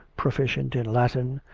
proficient in latin,